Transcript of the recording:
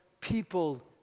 people